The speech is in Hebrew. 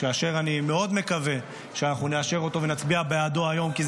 אשר אני מאוד מקווה שאנחנו נאשר ונצביע בעדו היום בקריאה טרומית,